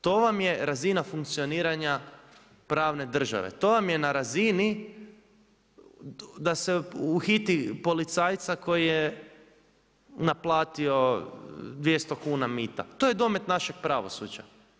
To vam je razina funkcioniranja pravne države, to vam je na razini da se uhiti policajca koji je naplatio 200 kuna mita, to je domet našeg pravosuđa.